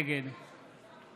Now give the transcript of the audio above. נגד